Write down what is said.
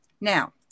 now